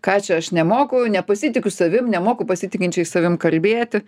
ką čia aš nemoku nepasitikiu savim nemoku pasitikinčiai savim kalbėti